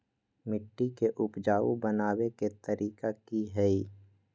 मिट्टी के उपजाऊ बनबे के तरिका की हेय?